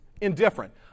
Indifferent